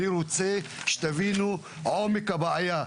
אני רוצה שתבינו את עומק הבעיה,